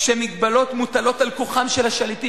כשמגבלות מוטלות על כוחם של השליטים".